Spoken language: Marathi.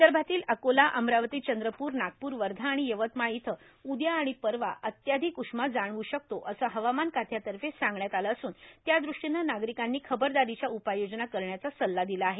विदर्भातील अकोला अमरावती चंद्रपूर नागपूर वर्धा आणि यवतमाळ इथं उद्या आणि परवा अत्याधिक उष्मा जाणवू शकतो असं हवामान खात्यातर्फे सांगण्यात आलं असून त्या दृष्टीनं नागरिकांनी खबरदारीच्या उपाययोजना करण्याचा सल्ला दिला आहे